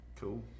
Cool